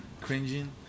cringing